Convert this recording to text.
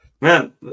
Man